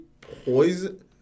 poison